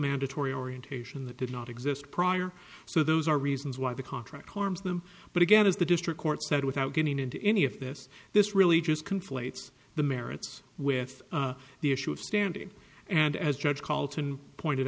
mandatory orientation that did not exist prior so those are reasons why the contract harms them but again is the district court said without getting into any of this this really just conflates the merits with the issue of standing and as judge calls and pointed